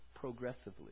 progressively